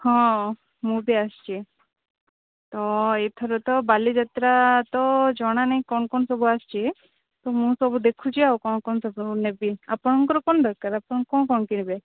ହଁ ମୁଁ ବି ଆସିଛି ତ ଏଥର ତ ବାଲିଯାତ୍ରା ତ ଜଣା ନାହିଁ କ'ଣ କ'ଣ ସବୁ ଆସିଛି ତ ମୁଁ ସବୁ ଦେଖୁଛି ଆଉ କ'ଣ କ'ଣ ସେ ସବୁ ନେବି ଆପଣଙ୍କର କ'ଣ ଦରକାର ଆପଣ କ'ଣ କ'ଣ କିଣିବେ